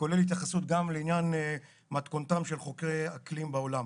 הכולל התייחסות גם לעניין מתכונתם של חוקרי אקלים בעולם.